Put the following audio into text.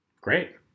Great